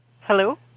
Hello